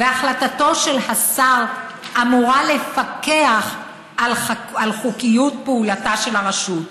החלטתו של השר אמורה לפקח על חוקיות פעולתה של הרשות,